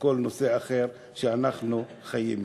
מכל נושא אחר שאנחנו חיים אתו.